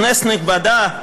כנסת נכבדה,